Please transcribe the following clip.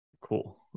Cool